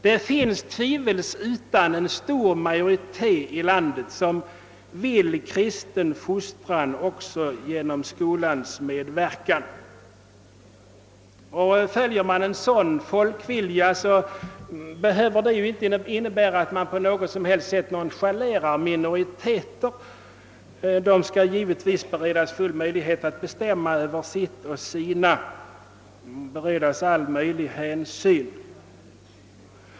Det finns tvivelsutan en stor majoritet i landet som vill ha kristen fostran också genom skolans medverkan. Följer man en sådan folkvilja, behöver det inte innebära att man på något som helst sätt nonchalerar minoriteter. Dessa skall givetvis beredas full möjlighet att bestämma över sitt och sina och visas all möjlig hänsyn.